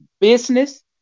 business